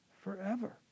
Forever